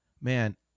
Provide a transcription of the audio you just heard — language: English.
man